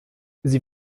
sie